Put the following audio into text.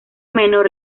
menor